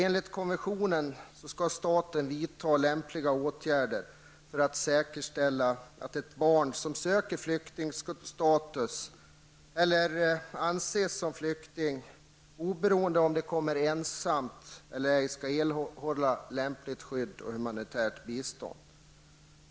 Enligt konventionen skall staten vidta lämpliga åtgärder för att säkerställa att ett barn som söker flyktingstatus eller som anses som flykting, oberoende om det kommer ensamt eller ej, erhålla lämpligt skydd och humanitärt bistånd.